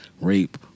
rape